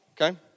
okay